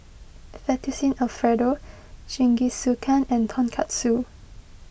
Fettuccine Alfredo Jingisukan and Tonkatsu